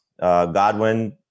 Godwin